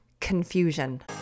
Confusion